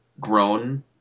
grown